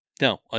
No